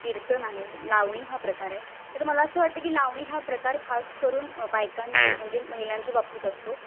कीर्तन आहे लावणी हा प्रकार आहे तर मला असं वाटतं की लावणी हा प्रकार खास करून बायकांमध्ये म्हणजे महिलांच्या बाबतीत असतो